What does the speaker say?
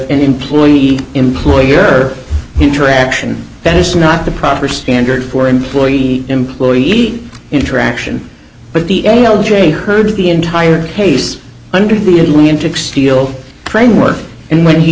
an employee employer interaction that is not the proper standard for employee employee interaction but the a l j heard the entire case under the atlantic steel framework and when he